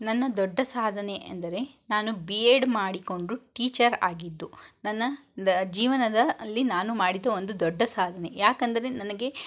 ನನ್ನ ದೊಡ್ಡ ಸಾಧನೆ ಎಂದರೆ ನಾನು ಬಿ ಏಡ್ ಮಾಡಿಕೊಂಡು ಟೀಚರ್ ಆಗಿದ್ದು ನನ್ನ ದ ಜೀವನದಲ್ಲಿ ನಾನು ಮಾಡಿದ ಒಂದು ದೊಡ್ಡ ಸಾಧನೆ ಯಾಕಂದರೆ ನನಗೆ